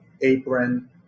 apron